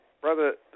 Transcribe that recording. brother